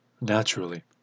naturally